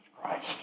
Christ